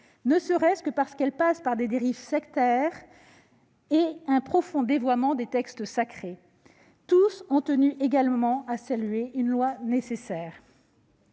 ne serait-ce que parce que ces dernières passent par des dérives sectaires et un profond dévoiement des textes sacrés. Tous ont tenu également à saluer la nécessité